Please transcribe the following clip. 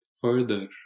further